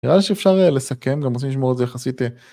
‫אה נראה לי שאפשר לסכם, ‫גם רוצים לשמור את זה יחסית אה.